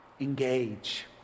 engage